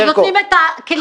לוקחים את הכלים